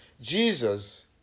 Jesus